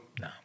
No